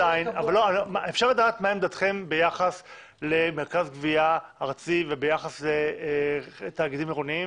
אפשר לדעת מה עמדתכם ביחס למרכז גבייה ארצי וביחס לתאגידים עירוניים,